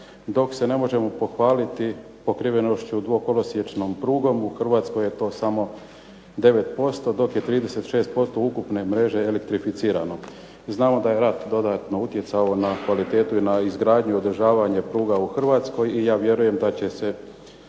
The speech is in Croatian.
Dok se ne možemo pohvaliti pokrivenošću dvokolosječnom prugom u HRvatskoj je to samo 9% dok je 36% ukupne mreže elektrificirano. Znamo da je rat dodatno utjecao na kvalitetu i na izgradnju i održavanje pruga u Hrvatskoj i ja vjerujem da će se